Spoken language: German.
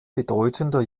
bedeutender